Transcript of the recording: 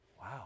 Wow